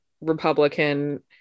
Republican